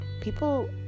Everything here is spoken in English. people